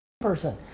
person